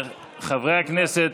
חברי הכנסת,